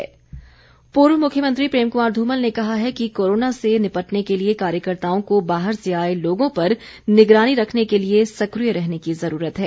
धुमल पूर्व मुख्यमंत्री प्रेम कुमार धूमल ने कहा है कि कोरोना से निपटने के लिए कार्यकर्ताओं को बाहर से आए लोगों पर निगरानी रखने के लिए सक्रिय रहने की ज़रूरत है